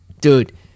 Dude